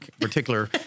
particular